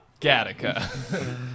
Gattaca